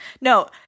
No